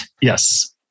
Yes